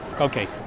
Okay